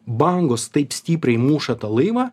bangos taip stipriai muša tą laivą